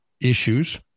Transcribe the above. issues